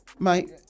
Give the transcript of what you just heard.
Mate